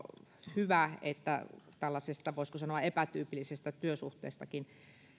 hyvä että tällaisissa voisiko sanoa epätyypillisistä työsuhteistakin